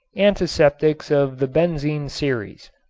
antiseptics of the benzene series.